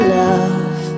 love